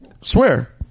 Swear